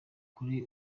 kuri